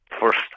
first